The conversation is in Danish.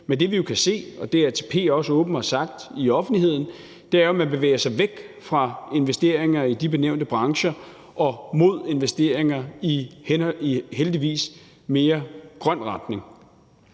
Men det, vi jo kan se – og det har ATP også åbent sagt i offentlighed – er, at man bevæger sig væk fra investeringer i de benævnte brancher og mod investeringer i, heldigvis, mere grøn retning.